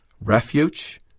refuge